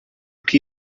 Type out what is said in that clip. que